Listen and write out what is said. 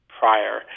prior